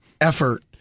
effort